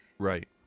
Right